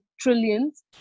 trillions